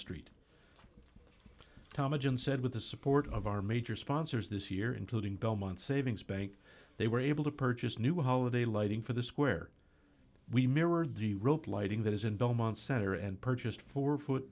thomas said with the support of our major sponsors this year including belmont savings bank they were able to purchase new holiday lighting for the square we mirrored the rope lighting that is in belmont center and purchased four foot